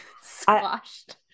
squashed